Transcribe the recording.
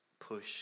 push